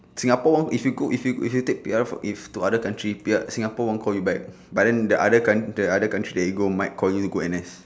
singapore one if you go if you if you take P_R for if to other country P_R singapore won't call you back but then the other coun~ the other country that you go might call you go N_S